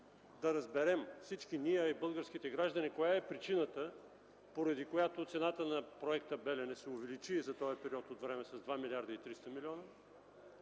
да разберем всички ние, а и българските граждани, коя е причината, поради която цената на проекта „Белене” се увеличи за този период от време с 2 млрд. 300 млн.